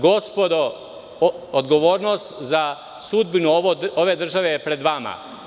Gospodo, odgovornost za sudbinu ove države je pred vama.